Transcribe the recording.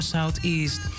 Southeast